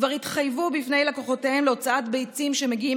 כבר התחייבו בפני לקוחותיהם להוצאת ביצים שמגיעות